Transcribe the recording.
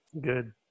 Good